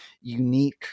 unique